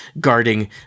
guarding